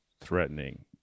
threatening